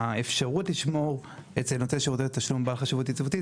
והאפשרות לשמור אצל נותן שירותי תשלום בעל חשיבות יציבותית,